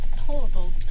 horrible